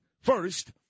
first